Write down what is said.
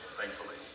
thankfully